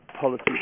policy